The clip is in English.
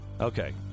Okay